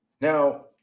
Now